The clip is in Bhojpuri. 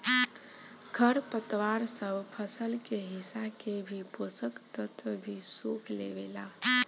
खर पतवार सब फसल के हिस्सा के भी पोषक तत्व भी सोख लेवेला